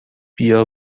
بیا